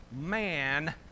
man